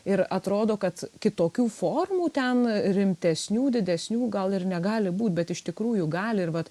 ir atrodo kad kitokių formų ten rimtesnių didesnių gal ir negali būt bet iš tikrųjų gali ir vat